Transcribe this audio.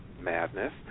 madness